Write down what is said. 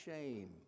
shame